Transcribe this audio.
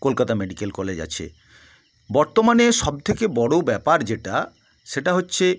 Kolkata medical college আছে বর্তমানে সব থেকে বড়ো ব্যাপার যেটা সেটা হচ্ছে